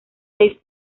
seis